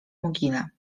mogile